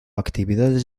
actividades